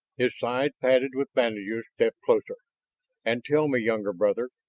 his side padded with bandages, stepped closer and tell me, younger brother,